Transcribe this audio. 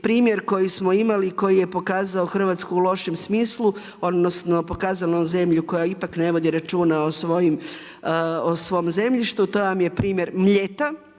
primjer koji smo imali, koji je pokazao Hrvatsku u lošem smislu, odnosno pokazao zemlju koja ipak ne vodi računa o svom zemljištu, to vam je primjer Mljeta.